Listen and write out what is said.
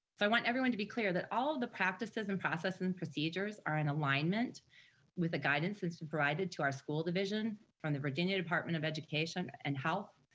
so i want everyone to be clear that all the practices, and processes, and procedures, are in alignment with a guidance has been provided to our school division, from the virginia department of education and health,